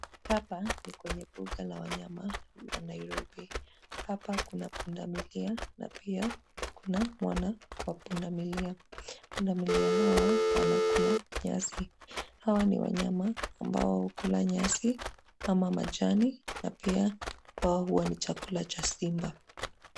Hapa ni kwenye mbuga la wanyama la Nairobi. Hapa kuna pundamilia na pia kuna mwana wa pundamili. Pundamilia hawa wanakula nyasi. Hawa ni wanyama ambao hukula nyasi ama majani na pia wao huwa ni chakula cha simba.